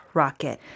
rocket